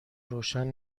روشن